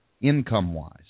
income-wise